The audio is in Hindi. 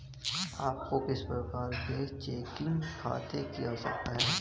आपको किस प्रकार के चेकिंग खाते की आवश्यकता है?